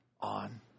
on